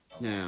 Now